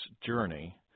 journey